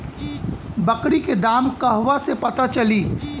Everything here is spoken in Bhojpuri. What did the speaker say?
बकरी के दाम कहवा से पता चली?